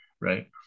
right